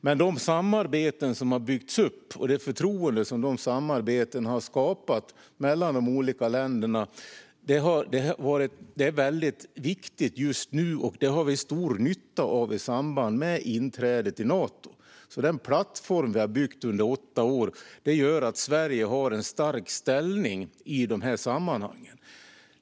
Men de samarbeten som har byggts upp och de förtroenden som de samarbetena har skapat mellan de olika länderna är väldigt viktigt just nu, och vi har stor nytta av dem i samband med inträdet i Nato. Den plattform som vi byggt under åtta år gör att Sverige har en stark ställning i de här sammanhangen.